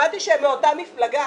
שמעתי שהם מאותה מפלגה,